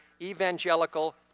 evangelical